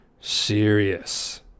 serious